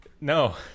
No